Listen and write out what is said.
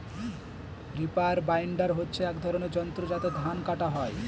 reaper binder হচ্ছে এক ধরনের যন্ত্র যাতে ধান কাটা হয়